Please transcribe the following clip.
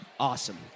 Awesome